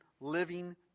living